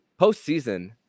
postseason